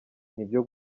byo